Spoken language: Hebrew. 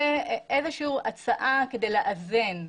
זאת איזושהי הצעה כדי לאזן,